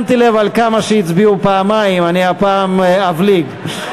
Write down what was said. שמתי לב לכמה שהצביעו פעמיים, הפעם אני אבליג.